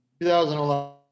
2011